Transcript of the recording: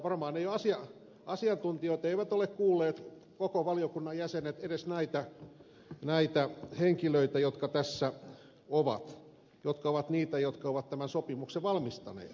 varmaan eivät asiantuntijat koko valiokunnan jäsenet ole kuulleet edes näitä henkilöitä jotka tässä ovat jotka ovat niitä jotka ovat tämän sopimuksen valmistaneet